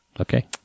Okay